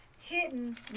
hidden